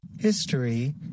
History